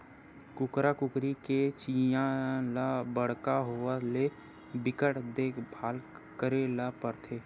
कुकरा कुकरी के चीया ल बड़का होवत ले बिकट देखभाल करे ल परथे